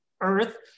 earth